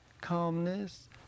calmness